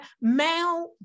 male